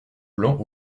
blanc